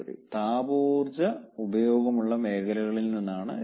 താപ ഊർജ്ജ ഉപയോഗമുള്ള മേഖലകളിൽ നിന്നാണ് ഇത് വരുന്നത്